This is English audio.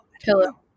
Pillow